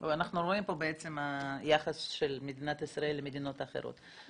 אנחנו רואים פה את היחס בין מדינת ישראל למדינות אחרות.